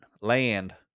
land